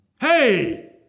Hey